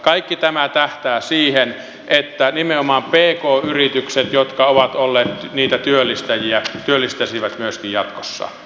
kaikki tämä tähtää siihen että nimenomaan pk yritykset jotka ovat olleet niitä työllistäjiä työllistäisivät myöskin jatkossa